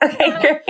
Okay